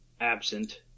absent